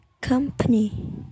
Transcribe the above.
company